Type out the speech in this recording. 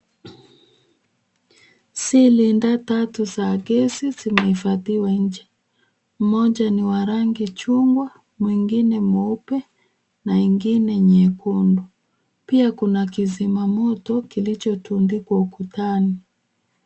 Cylinder tatu za gesi zimehifadhiwa nje ,mmoja ni wa rangi ya chungwa ,mwingine mweupe ,na ingine nyekundu pia kuna kizima moto kilichotundikwa ukutani.